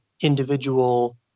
individual